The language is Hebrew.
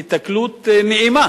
היתקלות נעימה,